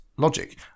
logic